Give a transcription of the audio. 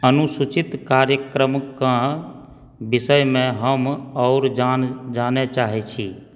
अनुसूचित कार्यक्रमकऽ विषयमे हम आओर जान जानय चाहैत छी